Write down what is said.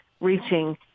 reaching